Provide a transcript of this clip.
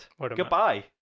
Goodbye